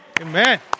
Amen